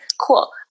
Cool